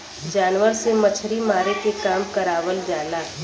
जानवर से मछरी मारे के काम करावल जाला